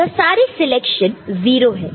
यह सारे सिलेक्शन 0 है